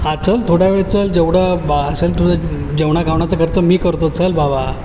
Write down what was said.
हा चल थोड्या वेळ चल जेवढं बा असेल तुझं जेवणाखावणाचं खर्च मी करतो चल बाबा